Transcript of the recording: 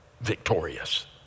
victorious